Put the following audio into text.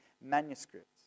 manuscripts